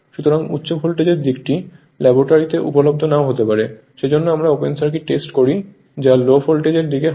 সুতরাং উচ্চ ভোল্টেজ দিকটি ল্যাবরেটরিতে উপলব্ধ নাও হতে পারে সেজন্য আমরা ওপেন সার্কিট টেস্ট করি যা লো ভোল্টেজের দিকে হয়